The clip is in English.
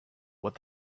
what